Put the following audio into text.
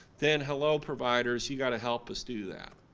then hello providers, you gotta help us do that.